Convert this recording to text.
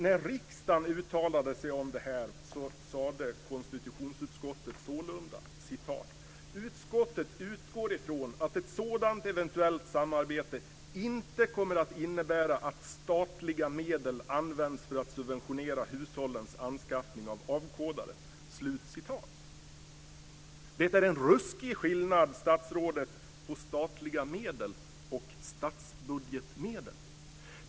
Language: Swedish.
När riksdagen uttalade sig om det här sade konstitutionsutskottet sålunda: "Utskottet utgår ifrån att ett sådant eventuellt samarbete inte kommer att innebära att statliga medel används för att subventionera hushållens anskaffning av avkodare." Det är en ruskig skillnad, statsrådet, på statliga medel och statsbudgetmedel.